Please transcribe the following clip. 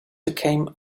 became